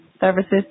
services